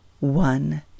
One